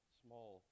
small